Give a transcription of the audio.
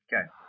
Okay